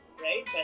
right